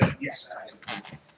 Yes